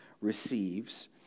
receives